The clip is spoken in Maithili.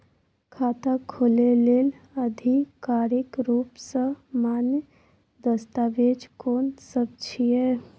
खाता खोले लेल आधिकारिक रूप स मान्य दस्तावेज कोन सब छिए?